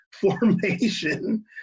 formation